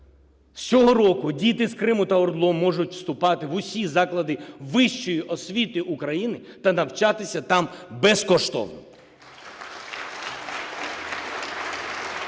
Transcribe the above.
З цього року діти з Криму та ОРДЛО можуть вступати в усі заклади вищої освіти України та навчатися там безкоштовно.